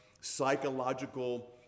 psychological